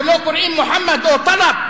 או לו קוראים מוחמד או טלב,